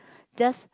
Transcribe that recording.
just